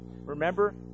Remember